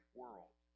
world